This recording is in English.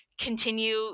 continue